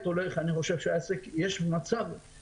אני חושב שזה מתבקש